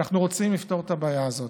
ואנחנו רוצים לפתור את הבעיה הזאת.